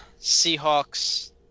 Seahawks